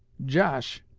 josh,